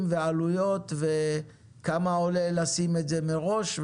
ועלויות וכמה עולה לשים את זה מראש,